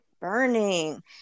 burning